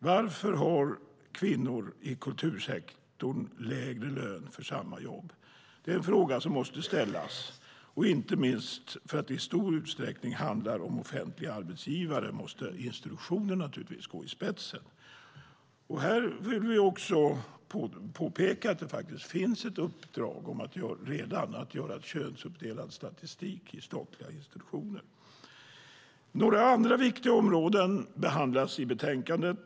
Varför har kvinnor i kultursektorn lägre lön för samma jobb? Det är en fråga som måste ställas. Inte minst för att det i stor utsträckning handlar om offentliga arbetsgivare måste institutionerna gå i spetsen. Här vill vi påpeka att det redan finns ett uppdrag att göra könsuppdelad statistik i statliga institutioner. Några andra viktiga områden behandlas i betänkandet.